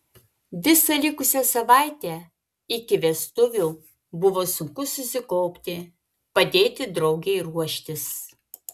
visą likusią savaitę iki vestuvių buvo sunku susikaupti padėti draugei ruoštis